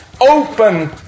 open